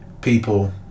people